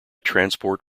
transport